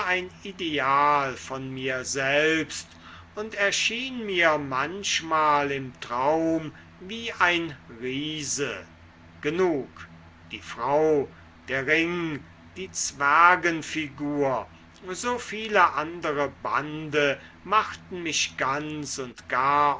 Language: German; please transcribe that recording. ein ideal von mir selbst und erschien mir manchmal im traum wie ein riese genug die frau der ring die zwergenfigur so viele andere bande machten mich ganz und gar